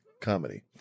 Comedy